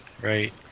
right